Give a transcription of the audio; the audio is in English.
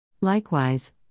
Likewise